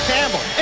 Campbell